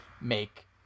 make